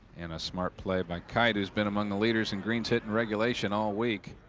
in a smart play by kite has been among the leaders in greens hit in regulation all week.